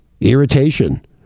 irritation